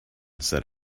said